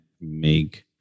make